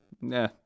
Nah